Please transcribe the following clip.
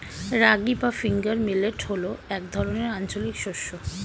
রাগী বা finger millet হল এক ধরনের আঞ্চলিক শস্য